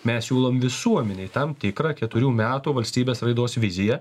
mes siūlom visuomenei tam tikrą keturių metų valstybės raidos viziją